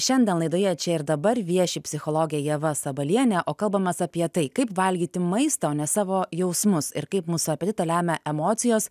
šiandien laidoje čia ir dabar vieši psichologė ieva sabalienė o kalbamės apie tai kaip valgyti maistą o ne savo jausmus ir kaip mūsų apetitą lemia emocijos